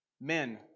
men